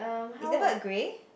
is the bird grey